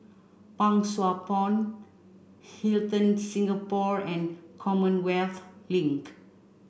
Pang Sua Pond Hilton Singapore and Commonwealth Link